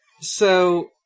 so-